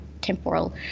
temporal